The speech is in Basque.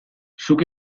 zuk